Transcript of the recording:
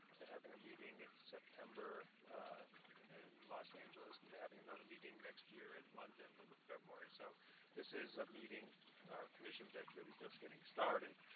they're having a meeting in september in los angeles and they're having another meeting next year in london in february. so this is a meeting or a commission that's really just getting started.